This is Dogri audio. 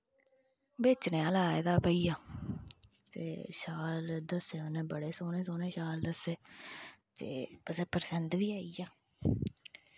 बेचने आह्ला आई दा भाईया ते शाल दस्से उनै बड़़े सोह्नें सोह्नें शाल दस्से ते परसिंद बी आई आ